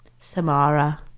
samara